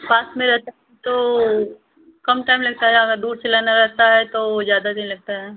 पास में रहता है तो कम टाइम लगता है अगर दूर से लाना रहेता है तो वह ज़्यादा दिन लगता है